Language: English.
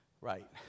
right